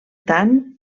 tant